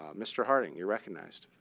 ah mr. harding, you're recognized.